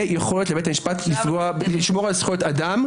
יכולת לבית משפט לשמור על זכויות אדם.